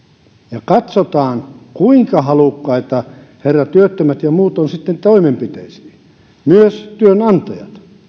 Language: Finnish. ja katsotaan kuinka halukkaita herrat työttömät ja muut ovat sitten toimenpiteisiin ja myös työnantajat